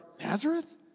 Nazareth